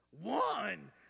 One